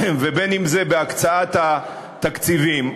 ואם בהקצאת התקציבים.